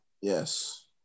Yes